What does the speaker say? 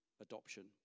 adoption